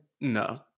no